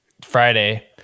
friday